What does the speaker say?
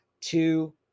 two